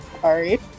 Sorry